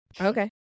okay